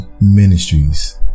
ministries